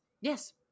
Yes